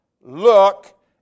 look